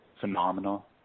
phenomenal